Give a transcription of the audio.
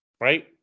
Right